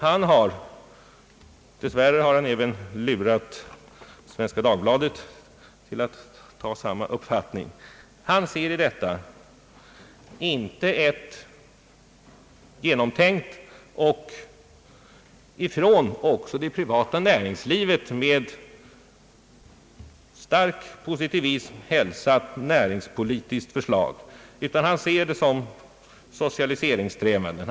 Han ser i detta — tyvärr har han även lurat Svenska Dagbladet till samma uppfattning — inte ett genomtänkt och även från det privata näringslivet med stark positivism hälsat näringspolitiskt förslag, utan han ser det som ett led i socialiseringssträvandena.